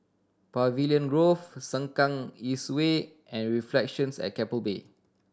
Pavilion Grove Sengkang East Way and Reflections at Keppel Bay